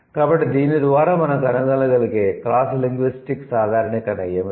కాబట్టి దీని ద్వారా మనం కనుగొనగలిగే క్రాస్లింగ్విస్టిక్ సాధారణీకరణ ఏమిటి